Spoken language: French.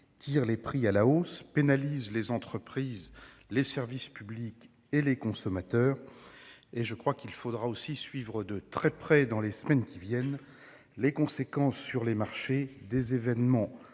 tire les prix à la hausse et pénalise les entreprises, les services publics et les consommateurs. De plus, il nous faudra suivre de très près, dans les semaines à venir, les conséquences sur les marchés de la fermeture